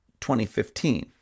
2015